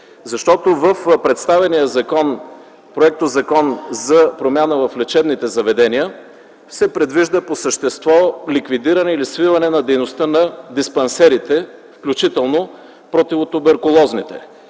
цели. В представения проектозакон за промяна в Закона за лечебните заведения се предвижда по същество ликвидиране или свиване на дейността на диспансерите, включително противотуберкулозните.